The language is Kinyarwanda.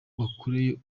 bakoreye